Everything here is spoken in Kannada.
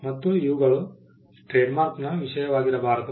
ಮತ್ತು ಇವುಗಳು ಟ್ರೇಡ್ಮಾರ್ಕ್ನ ವಿಷಯವಾಗಿರಬಾರದು